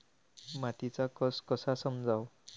मातीचा कस कसा समजाव?